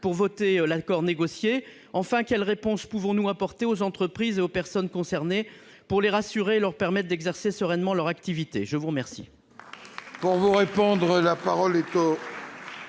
pour voter l'accord négocié ? Quelle réponse pouvons-nous apporter aux entreprises et aux personnes concernées pour les rassurer et leur permettre d'exercer sereinement leur activité ? La parole